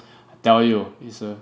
tell you is a